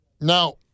Now